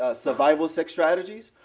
ah survival sex strategies,